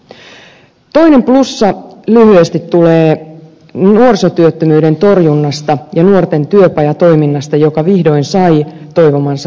toinen plussa lyhyesti tulee nuorisotyöttömyyden torjunnasta ja nuorten työpajatoiminnasta joka vihdoin sai toivomansa rahat